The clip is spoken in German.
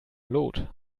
lot